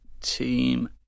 team